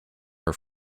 her